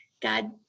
God